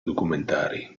documentari